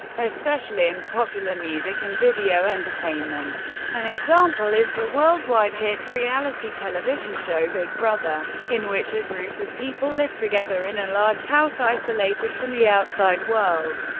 especially in popular music and video entertainment. an example is the worldwide hit reality television show big brother, in which a group of people live together in a large house, isolated from the outside world,